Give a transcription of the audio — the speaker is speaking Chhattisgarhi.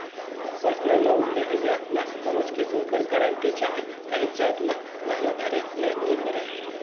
परसनल लोन लेहोइया ल कोनोच किसिम कर गरंटी चहे काहींच जाएत ल गहना धरे ले नी परे